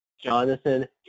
Jonathan